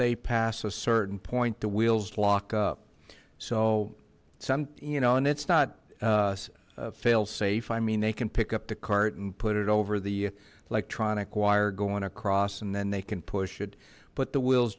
they pass a certain point the wheels lock up so some you know and it's not failsafe i mean they can pick up the cart and put it over the electronic wire going across and then they can push it but the wheels